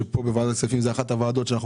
שפה בוועדת הכספים זאת אחת הוועדות שבה